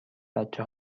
بچه